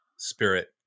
Spirit